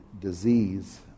disease